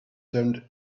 turned